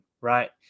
Right